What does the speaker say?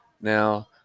Now